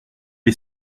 est